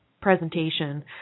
presentation